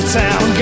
town